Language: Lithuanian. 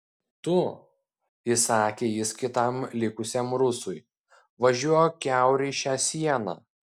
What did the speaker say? tu įsakė jis kitam likusiam rusui važiuok kiaurai šią sieną